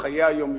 חיי היום-יום.